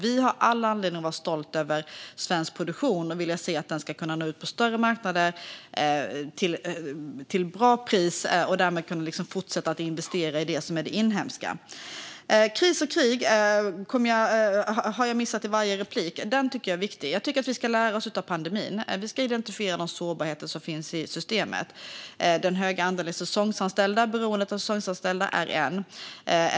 Vi har all anledning att vara stolta över svensk produktion och vill att den ska kunna nå större marknader till bra pris, så att vi därmed kan fortsätta investera i det inhemska. Kris och krig har jag missat i varje inlägg. Det är viktigt. Jag tycker att vi ska lära oss av pandemin och identifiera de sårbarheter som finns i systemet: den stora andelen och beroendet av säsongsanställda är en sak.